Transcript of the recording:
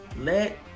let